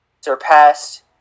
surpassed